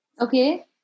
Okay